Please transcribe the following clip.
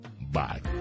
Bye